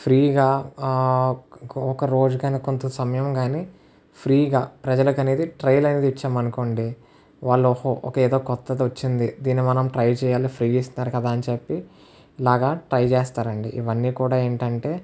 ఫ్రీగా ఒక రోజుకని కొంత సమయం కానీ ఫ్రీగా ప్రజలకు అనేది ట్రయిల్ అనేది ఇచ్చాం అనుకోండి వాళ్ళు ఓహో ఏదో కొత్తది వచ్చింది దీన్ని మనం ట్రై చేయాలి ఫ్రీ ఇస్తున్నారు కదా అని చెప్పి ఇలాగ ట్రై చేస్తారండి ఇవన్నీ కూడా ఏంటంటే